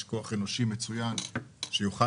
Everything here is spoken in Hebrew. יש כוח אנושי מצוין במשרד הכלכלה שיוכל